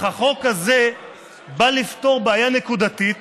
החוק הזה בא לפתור בעיה נקודתית